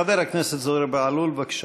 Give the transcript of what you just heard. חבר הכנסת זוהיר בהלול, בבקשה.